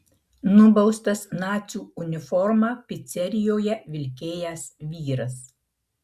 nubaustas nacių uniformą picerijoje vilkėjęs vyras